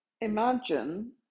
imagine